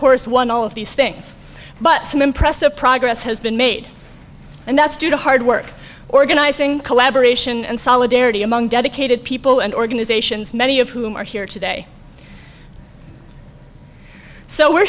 course won all of these things but some impressive progress has been made and that's due to hard work organizing collaboration and solidarity among dedicated people and organizations many of whom are here today so we're